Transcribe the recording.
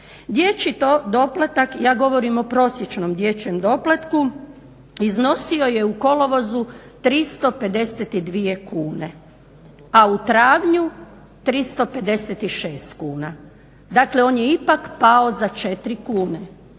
Dječji doplatak, ja govorim o prosječnom dječjem doplatku, iznosio je u kolovozu 352 kune, a u travnju 356 kuna. Dakle, on je ipak pao za 4 kune.